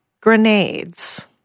grenades